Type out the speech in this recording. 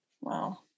wow